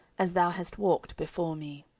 as thou hast walked before me.